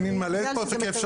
אני מעלה פה את זה כאפשרות.